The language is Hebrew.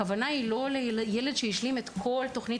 הכוונה היא לא לילד שהשלים את כל תוכנית